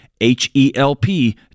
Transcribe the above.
H-E-L-P